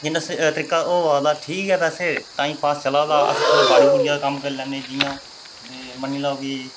जिन्ने तरीके होआ दा ठीक ऐ चला दा अस थोह्ड़ा बाड़ी बुड़ियै दा कम्म करी लैन्ने ते मन्नी लैओ कि